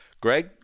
Greg